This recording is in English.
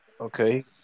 Okay